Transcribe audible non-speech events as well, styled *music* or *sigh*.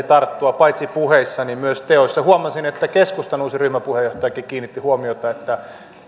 *unintelligible* tarttua paitsi puheissa niin myös teoissa huomasin että keskustan uusi ryhmäpuheenjohtajakin kiinnitti huomiota siihen että